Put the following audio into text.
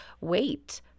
wait